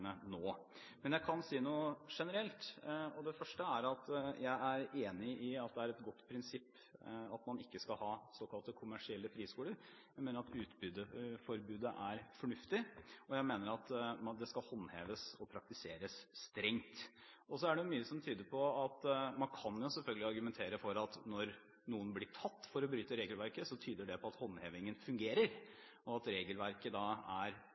nå. Men jeg kan si noe generelt, og det første er at jeg er enig i at det er et godt prinsipp at man ikke skal ha såkalte kommersielle friskoler. Jeg mener at utbytteforbudet er fornuftig, og jeg mener at det skal håndheves og praktiseres strengt. Man kan jo selvfølgelig argumentere for at når noen blir tatt for å bryte regelverket, tyder det på at håndhevingen fungerer, at regelverket er klart, og at det går an å ta dem som ikke følger det. Men samtidig mener jeg at det er